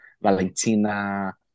Valentina